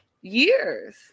years